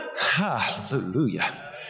hallelujah